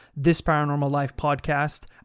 thisparanormallifepodcast